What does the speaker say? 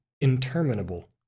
interminable